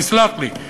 תסלח לי.